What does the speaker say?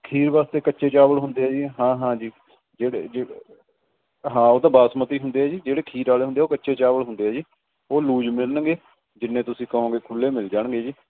ਖੀਰ ਵਾਸਤੇ ਕੱਚੇ ਚਾਵਲ ਹੁੰਦੇ ਆ ਜੀ ਹਾਂ ਹਾਂ ਜੀ ਜਿਹੜੇ ਜੀ ਹਾਂ ਉਹ ਤਾਂ ਬਾਸਮਤੀ ਹੁੰਦੇ ਆ ਜੀ ਜਿਹੜੇ ਖੀਰ ਵਾਲੇ ਹੁੰਦੇ ਉਹ ਕੱਚੇ ਚਾਵਲ ਹੁੰਦੇ ਆ ਜੀ ਉਹ ਲੂਜ ਮਿਲਣਗੇ ਜਿੰਨੇ ਤੁਸੀਂ ਕਹੋਗੇ ਖੁੱਲੇ ਮਿਲ ਜਾਣਗੇ ਜੀ